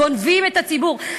גונבים את הציבור.